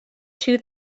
two